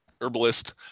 herbalist